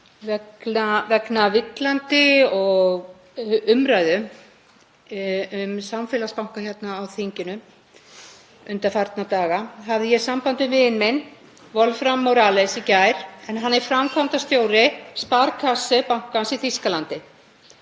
Vegna villandi umræðu um samfélagsbanka hér á þinginu undanfarna daga hafði ég samband við vin minn Wolfram Morales í gær en hann er framkvæmdastjóri Sparkasse-bankans í Þýskalandi.